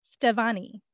Stevani